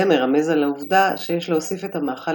זה מרמז על העובדה שיש להוסיף את המאכל